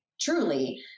truly